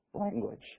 language